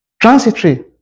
Transitory